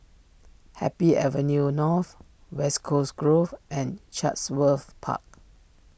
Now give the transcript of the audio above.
Happy Avenue North West Coast Grove and Chatsworth Park